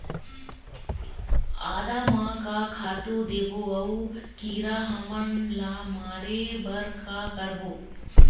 आदा म का खातू देबो अऊ कीरा हमन ला मारे बर का करबो?